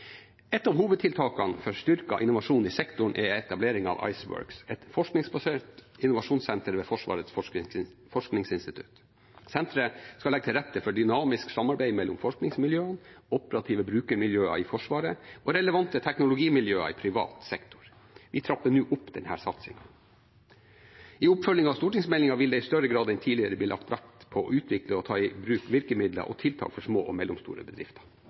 Et av hovedtiltakene for styrket innovasjon i sektoren er etableringen av ICE worx, et forskningsbasert innovasjonssenter ved Forsvarets forskningsinstitutt. Senteret skal legge til rette for dynamisk samarbeid mellom forskningsmiljøer, operative brukermiljøer i Forsvaret og relevante teknologimiljøer i privat sektor. Vi trapper nå opp denne satsingen. I oppfølgingen av stortingsmeldingen vil det i større grad enn tidligere bli lagt vekt på å utvikle og ta i bruk virkemidler og tiltak for små og mellomstore bedrifter.